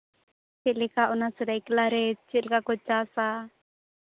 ᱪᱮᱫᱞᱮᱠᱟ ᱚᱱᱟ ᱥᱚᱨᱟᱭᱠᱮᱞᱟ ᱨᱮ ᱪᱮᱫᱞᱮᱠᱟ ᱠᱚ ᱪᱟᱥᱟ